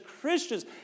Christians